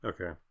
Okay